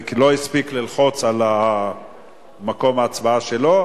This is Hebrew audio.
הוא לא הספיק ללחוץ על מקום ההצבעה שלו.